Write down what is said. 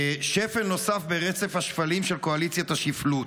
שפל נוסף ברצף השפלים של קואליציית השפלות.